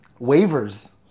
waivers